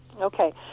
okay